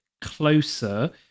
closer